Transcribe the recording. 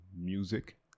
music